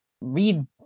read